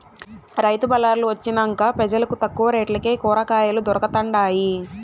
రైతు బళార్లు వొచ్చినంక పెజలకు తక్కువ రేట్లకే కూరకాయలు దొరకతండాయి